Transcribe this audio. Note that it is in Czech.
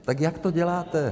Tak jak to děláte?